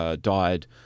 died